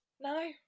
No